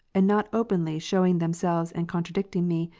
and not openly shewing themselves and contradicting me,